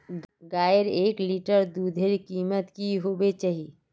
गायेर एक लीटर दूधेर कीमत की होबे चही?